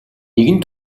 нэгэн